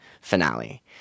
finale